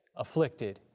afflicted,